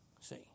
See